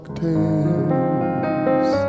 tales